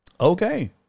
Okay